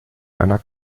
einer